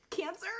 Cancer